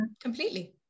Completely